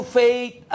faith